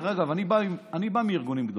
דרך אגב, אני בא מארגונים גדולים.